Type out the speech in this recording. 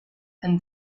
and